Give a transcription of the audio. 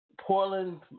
Portland